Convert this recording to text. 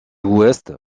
ouest